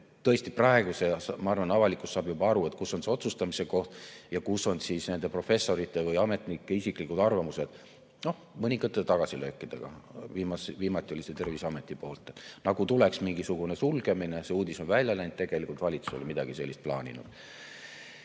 Tõesti, praegu, ma arvan, avalikkus saab juba aru, kus on see otsustamise koht ja kus on nende professorite või ametnike isiklikud arvamused – mõningate tagasilöökidega. Viimati tuli see Terviseametilt, et nagu tuleks mingisugune sulgemine, see uudis on välja läinud, tegelikult valitsus ei ole midagi sellist plaaninud. Ma